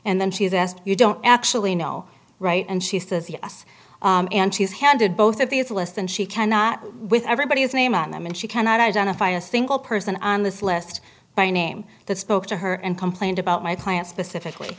and then she was asked you don't actually know right and she says yes and she's handed both of these less than she cannot with everybody's name on them and she cannot identify a single person on this list by name that spoke to her and complained about my plan specifically